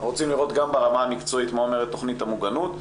אנחנו רוצים לראות גם ברמה המקצועית מה אומרת תוכנית המוגנות.